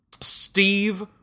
Steve